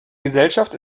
gesellschaft